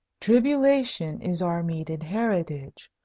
tribulation is our meted heritage.